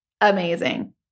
amazing